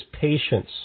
patience